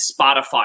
Spotify